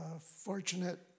fortunate